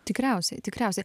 tikriausiai tikriausiai